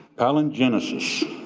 palingenesis,